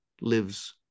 lives